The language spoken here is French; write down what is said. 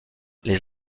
les